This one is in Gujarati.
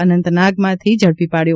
અનંતનાગમાંથી ઝડપી પાડયો